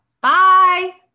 Bye